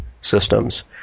systems